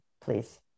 please